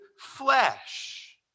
flesh